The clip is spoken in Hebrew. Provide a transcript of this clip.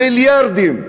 מיליארדים?